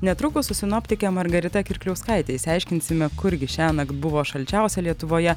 netrukus su sinoptike margarita kirkliauskaite išsiaiškinsime kur gi šiąnakt buvo šalčiausia lietuvoje